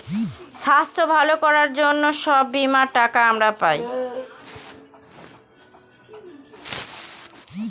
স্বাস্থ্য ভালো করার জন্য সব বীমার টাকা আমরা পায়